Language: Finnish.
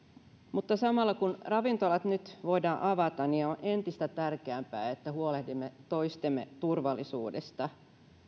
mutta samalla kun ravintolat nyt voidaan avata niin on entistä tärkeämpää että huolehdimme toistemme turvallisuudesta